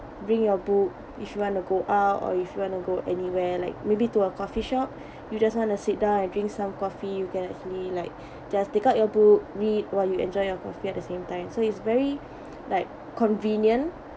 bring your book if you want to go out or if you want to go anywhere like maybe to a coffee shop you just want to sit down and drink some coffee you can actually like just take out your book read while you enjoy your coffee at the same time so it's very like convenient